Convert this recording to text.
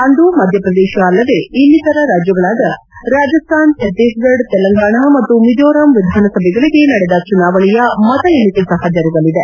ಅಂದು ಮಧ್ಯಪ್ರದೇಶ ಅಲ್ಲದೆ ಇನ್ನಿತರ ರಾಜ್ಲಗಳಾದ ರಾಜಸ್ಥಾನ ಛತ್ತೀಸಗಢ ತೆಲಂಗಾಣ ಮತ್ತು ಮಿಜೋರಾಂ ವಿಧಾನಸಭೆಗಳಿಗೆ ನಡೆದ ಚುನಾವಣೆಯ ಮತ ಎಣಿಕೆ ಸಹ ಜರುಗಲಿದೆ